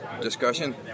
discussion